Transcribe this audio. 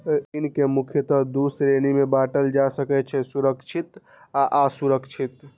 ऋण कें मुख्यतः दू श्रेणी मे बांटल जा सकै छै, सुरक्षित आ असुरक्षित